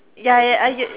ya ya I get it